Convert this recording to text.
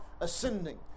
ascending